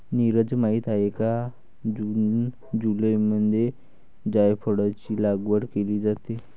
नीरज माहित आहे का जून जुलैमध्ये जायफळाची लागवड केली जाते